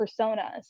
personas